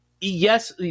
Yes